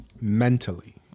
mentally